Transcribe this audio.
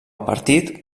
partit